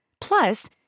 Plus